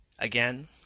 Again